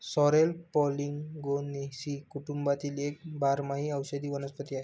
sorrel Polygonaceae कुटुंबातील एक बारमाही औषधी वनस्पती आहे